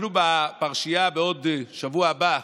אנחנו, בפרשייה בשבוע הבא,